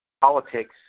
Politics